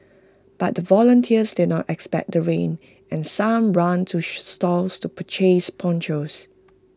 but the volunteers did not expect the rain and some ran to stores to purchase ponchos